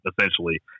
essentially